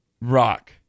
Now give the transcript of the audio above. rock